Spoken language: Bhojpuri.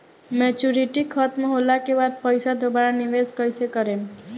मेचूरिटि खतम होला के बाद पईसा दोबारा निवेश कइसे करेम?